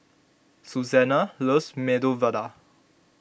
Susannah loves Medu Vada